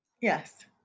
yes